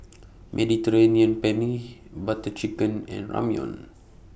Mediterranean Penne Butter Chicken and Ramyeon